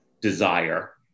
desire